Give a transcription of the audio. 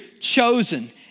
chosen